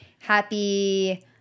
happy